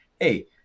hey